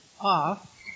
off